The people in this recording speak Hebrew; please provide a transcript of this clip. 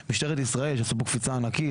משטרת ישראל עשתה קפיצה ענקית.